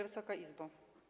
Wysoka Izbo!